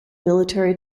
military